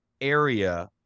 area